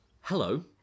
hello